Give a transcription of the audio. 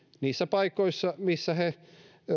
niissä paikoissa missä he